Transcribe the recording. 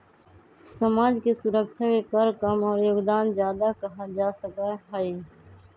समाज के सुरक्षा के कर कम और योगदान ज्यादा कहा जा सका हई